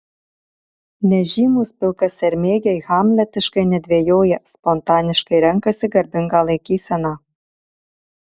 nežymūs pilkasermėgiai hamletiškai nedvejoja spontaniškai renkasi garbingą laikyseną